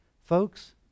Folks